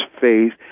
faith